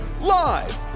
live